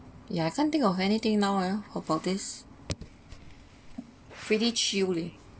ya I can't think of anything now lah about this pretty chill leh